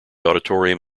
auditorium